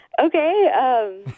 Okay